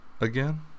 Again